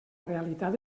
realitat